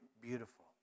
beautiful